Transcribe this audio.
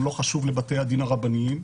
הוא לא חשוב לבתי הדין הרבניים